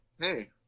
Hey